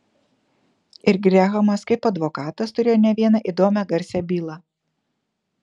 ir grehamas kaip advokatas turėjo ne vieną įdomią garsią bylą